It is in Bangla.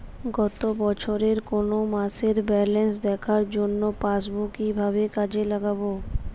গত বছরের কোনো মাসের ব্যালেন্স দেখার জন্য পাসবুক কীভাবে কাজে লাগাব?